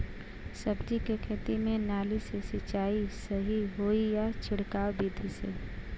सब्जी के खेती में नाली से सिचाई सही होई या छिड़काव बिधि से?